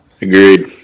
Agreed